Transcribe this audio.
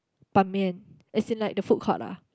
Ban Mian as in like the food court ah